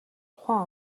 ухаан